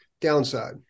downside